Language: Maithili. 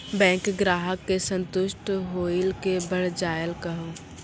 बैंक ग्राहक के संतुष्ट होयिल के बढ़ जायल कहो?